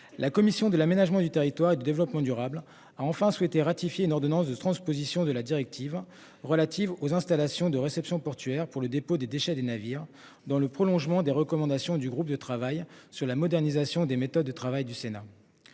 La commission de l'aménagement du territoire et de développement durable a enfin souhaité ratifier une ordonnance de transposition de la directive relative aux installations de réception portuaire pour le dépôt des déchets des navires dans le prolongement des recommandations du groupe de travail sur la modernisation des méthodes de travail du Sénat.